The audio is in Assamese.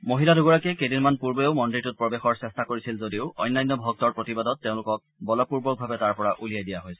মহিলা দুগৰাকীয়ে কেইদিনমান পূৰ্বেও মন্দিৰটোত প্ৰৱেশৰ চেষ্টা কৰিছিল যদিও অন্যান্য ভক্তৰ প্ৰতিবাদত তেওঁলোকক বলপূৰ্বক তাৰ পৰা উলিয়াই দিয়া হৈছিল